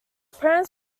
parents